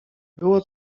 było